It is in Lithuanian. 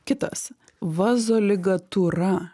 kitas vazoligatūra